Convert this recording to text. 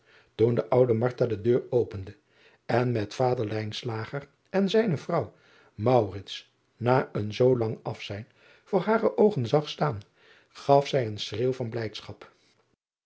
oen de oude de deur opende en met vader en zijne vrouw na een zoo lang afzijn voor hare oogen zag staan gaf zij een schreeuw van blijdschap